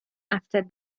after